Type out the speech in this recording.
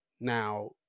Now